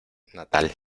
natal